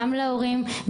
גם להורים,